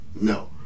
No